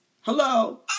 hello